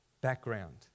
background